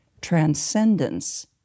transcendence